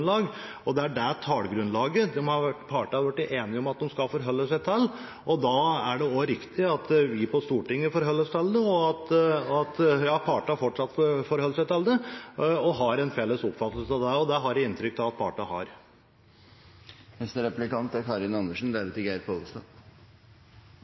og det er det tallgrunnlaget partene har blitt enige om at de skal forholde seg til. Da er det også riktig at vi på Stortinget forholder oss til det, at partene fortsatt forholder seg til det, slik at man har en felles oppfattelse om det. Det har jeg inntrykk av at partene har. Nå har saksordfører vært oppe og dempet inntrykket av at dette er